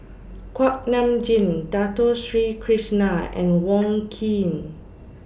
Kuak Nam Jin Dato Sri Krishna and Wong Keen